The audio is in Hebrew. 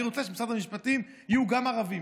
אני רוצה שבמשרד המשפטים יהיו גם ערבים,